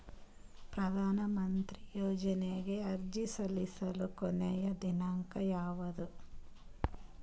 ಪ್ರಧಾನ ಮಂತ್ರಿ ಯೋಜನೆಗೆ ಅರ್ಜಿ ಸಲ್ಲಿಸಲು ಕೊನೆಯ ದಿನಾಂಕ ಯಾವದು?